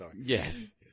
yes